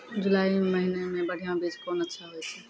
जुलाई महीने मे बढ़िया बीज कौन अच्छा होय छै?